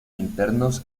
internos